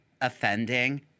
offending